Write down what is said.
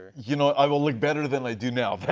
you know i will look better than i do now.